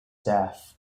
staff